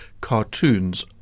cartoons